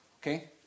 Okay